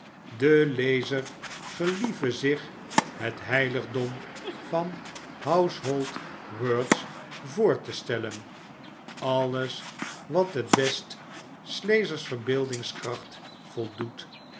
de lezer gelieve zich het hdligdom van hausehold words voor te stellen alles wat het best s lezers verbeeldingskracbt voldoet